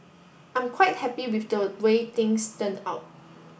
I'm quite happy with the way things turned out